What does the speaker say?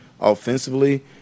offensively